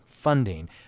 funding